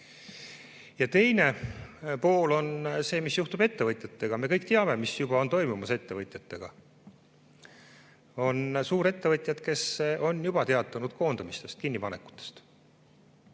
piirama. Teine pool on see, mis juhtub ettevõtjatega. Me kõik teame, mis juba on toimumas ettevõtjatega. On suurettevõtjad, kes on juba teatanud koondamisest või kinnipanekust.